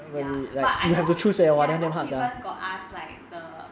ya but I know ya I know kevan got ask like the